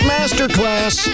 Masterclass